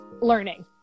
learning